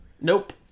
Nope